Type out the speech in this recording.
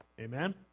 Amen